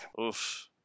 Oof